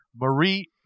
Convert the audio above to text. Marie